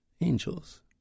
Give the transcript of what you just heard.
Angels